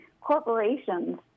corporations